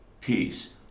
peace